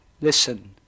Listen